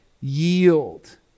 yield